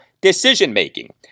decision-making